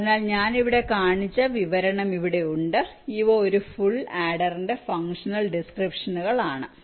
അതിനാൽ ഞാൻ ഇവിടെ കാണിച്ച 2 വിവരണം ഇവിടെയുണ്ട് ഇവ ഒരു ഫുൾ ആഡർ ന്റെ ഫങ്ക്ഷണൽ ഡിസ്ക്രിപ്ഷനുകൾ ആണ്